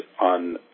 on